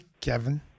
Kevin